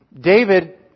David